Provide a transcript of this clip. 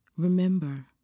Remember